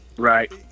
right